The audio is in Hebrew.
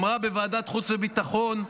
בוועדת חוץ וביטחון,